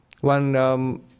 One